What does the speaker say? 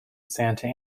santa